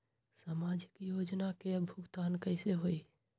समाजिक योजना के भुगतान कैसे होई?